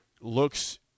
looks